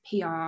PR